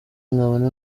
nkabona